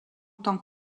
tant